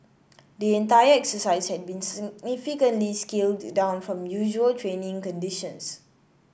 the entire exercise had been significantly scaled down from usual training conditions